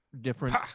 Different